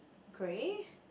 grey